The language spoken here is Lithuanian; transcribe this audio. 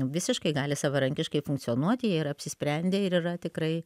visiškai gali savarankiškai funkcionuoti jie yra apsisprendę ir yra tikrai